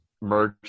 merch